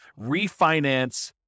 refinance